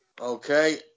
Okay